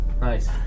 Nice